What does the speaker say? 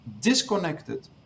disconnected